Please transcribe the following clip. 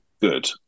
good